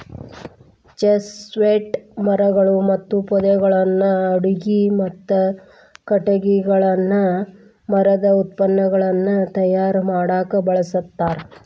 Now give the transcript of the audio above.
chestnut ಮರಗಳು ಮತ್ತು ಪೊದೆಗಳನ್ನ ಅಡುಗಿಗೆ, ಮತ್ತ ಕಟಗಿಗಳನ್ನ ಮರದ ಉತ್ಪನ್ನಗಳನ್ನ ತಯಾರ್ ಮಾಡಾಕ ಬಳಸ್ತಾರ